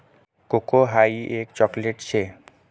cocoa हाई एक chocolate शे